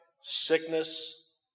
sickness